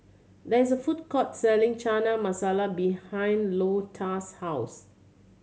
there is a food court selling Chana Masala behind Lota's house